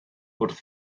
wrth